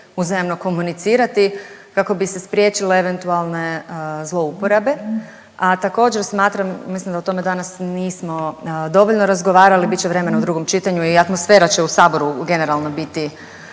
uzajamno komunicirati kako bi se spriječile eventualne zlouporabe. A također smatram, mislim da o tome danas nismo dovoljno razgovarali, bit će vremena u drugom čitanju i atmosfera će u Saboru generalno biti